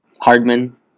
Hardman